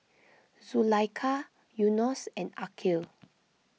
Zulaikha Yunos and Aqil